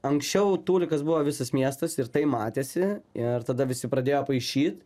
anksčiau tūlikas buvo visas miestas ir tai matėsi ir tada visi pradėjo paišyt